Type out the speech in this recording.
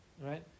right